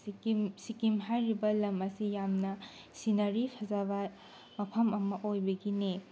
ꯁꯤꯀꯤꯝ ꯁꯤꯀꯤꯝ ꯍꯥꯏꯔꯤꯕ ꯂꯝ ꯑꯁꯤ ꯌꯥꯝꯅ ꯁꯤꯅꯔꯤ ꯐꯖꯕ ꯃꯐꯝ ꯑꯃ ꯑꯣꯏꯕꯒꯤꯅꯦ